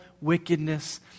wickedness